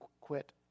quit